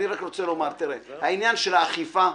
אני רוצה לומר: עניין האכיפה,